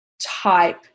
type